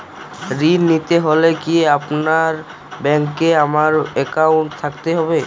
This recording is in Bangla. ঋণ নিতে হলে কি আপনার ব্যাংক এ আমার অ্যাকাউন্ট থাকতে হবে?